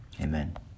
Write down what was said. Amen